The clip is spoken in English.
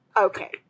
Okay